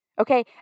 okay